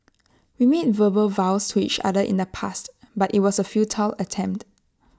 we made verbal vows to each other in the past but IT was A futile attempt